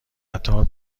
قطار